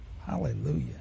Hallelujah